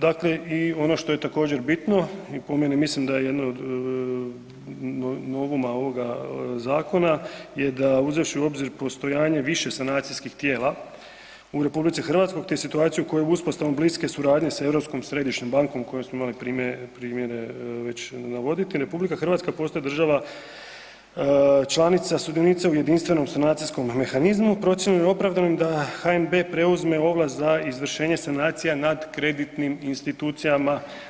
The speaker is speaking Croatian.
Dakle, i ono što je također bitno i po meni mislim da je jedno od uma ovoga zakona da uzevši u obzir postojanje više sanacijskih tijela u RH te situaciju koja je uspostavom bliske suradnje sa Europskom središnjom bankom kojom smo imali primjere navoditi, RH postaje država članica sudionica u jedinstvenom sanacijskom mehanizmu, … da HNB preuzme ovlast za izvršenje sanacija nad kreditnim institucijama.